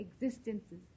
existences